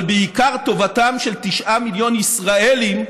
אבל בעיקר, טובתם של 9 מיליון ישראלים,